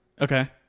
okay